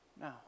no